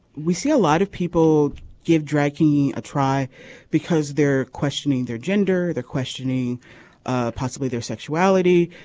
we see a lot of people give dragging a try because they're questioning their gender they're questioning ah possibly their sexuality.